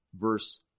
verse